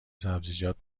سبزیجات